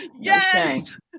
Yes